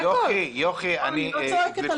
אני לא צועקת עליך.